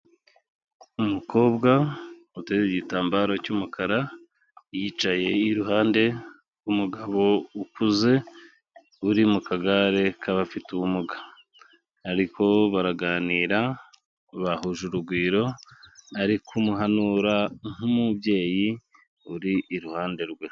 Umukobwa uteze igitambaro cy'umukara yicaye iruhande rw'umugabo ukuze uri mu kagare k'abafite ubumuga, bariko baraganira bahuje urugwiro, ari kumuhanura nk'umubyeyi uri iruhande rwe.